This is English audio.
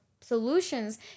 solutions